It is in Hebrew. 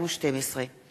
מסמכים